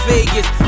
Vegas